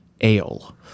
Ale